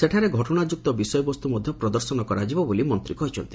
ସେଠାରେ ଘଟଣା ଯୁକ୍ତ ବିଷୟବସ୍ତୁ ମଧ୍ୟ ପ୍ରଦର୍ଶନ କରାଯିବ ବୋଲି ମନ୍ତ୍ରୀ କହିଛନ୍ତି